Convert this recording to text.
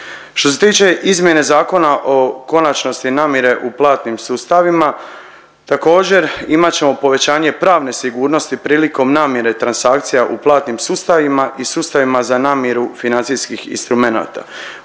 Što se tiče izmjene Zakona o konačnosti namire u platnim sustavima, također imat ćemo povećanje pravne sigurnosti prilikom namire transakcija u platnim sustavima i sustavima za namiru financijskih instrumenata,